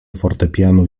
fortepianu